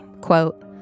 Quote